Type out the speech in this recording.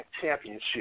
championship